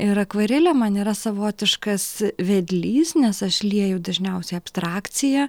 ir akvarelė man yra savotiškas vedlys nes aš lieju dažniausiai abstrakciją